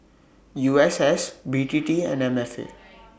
U S S B T T and M F A